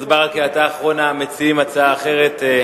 חבר הכנסת ברכה, אתה אחרון המציעים הצעה אחרת.